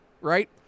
right